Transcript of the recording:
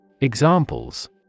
Examples